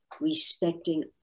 respecting